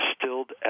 distilled